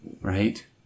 right